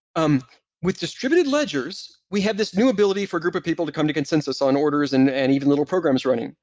um with distributed ledgers, we have this new ability for a group of people to come to consensus on orders and and even little programs running.